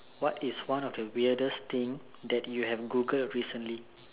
what is one of the weirdest thing that you have Google recently